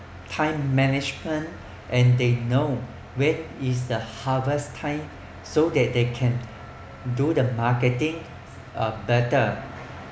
time management and they know when is the harvest time so that they can do the marketing uh better